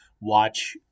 watch